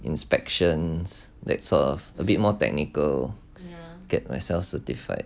inspections that serve a bit more technical get myself certified